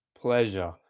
Pleasure